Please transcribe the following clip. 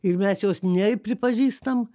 ir mes jos nei pripažįstam